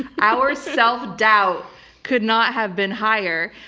our self-doubt could not have been higher.